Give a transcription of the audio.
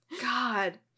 God